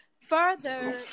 further